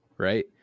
right